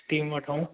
steam वठो